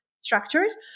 structures